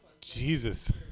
Jesus